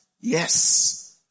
Yes